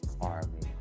Army